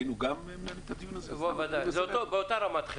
היינו גם --- באותה רמת חירום.